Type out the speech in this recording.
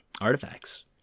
artifacts